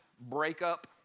breakup